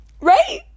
right